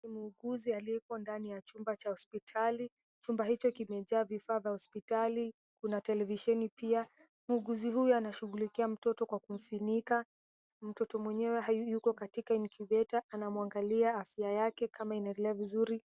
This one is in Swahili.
Muuguzi aliyeko ndani ya chumba cha hospitali. Chumba hicho kimejaa vifaa vya hospitali, juna televisheni pia. Muuguzi huyu anashughulikia mtoto kwa kumfunika. Mtoto mwenyewe yuko katika incubator anamwangalia afya yake kama inaendelea vizuri.